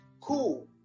cool